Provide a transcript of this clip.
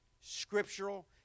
scriptural